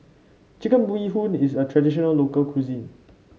Chicken Bee Hoon is a traditional local cuisine